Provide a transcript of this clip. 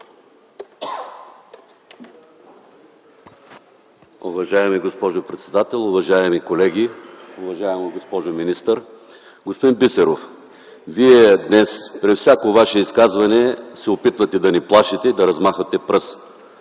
Уважаема госпожо председател, уважаеми колеги, уважаема госпожо министър! Господин Бисеров, днес при всяко Ваше изказване се опитвате да ни плашите, да размахвате пръст.